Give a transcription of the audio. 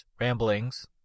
ramblings